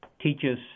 teaches